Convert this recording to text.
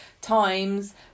times